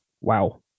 Wow